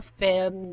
film